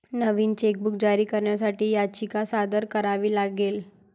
नवीन chequebook जारी करण्यासाठी याचिका सादर करावी लागेल